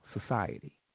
society